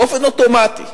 באופן אוטומטי,